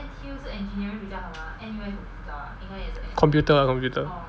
computer lah computer